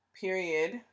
period